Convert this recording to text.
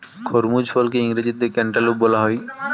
খরমুজ ফলকে ইংরেজিতে ক্যান্টালুপ বলা হয়